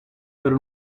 per